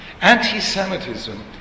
anti-Semitism